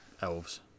Elves